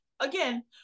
again